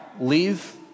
leave